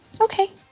Okay